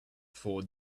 for